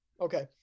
Okay